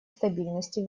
стабильности